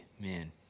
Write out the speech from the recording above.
man